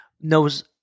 knows